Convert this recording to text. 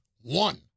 one